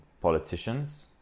politicians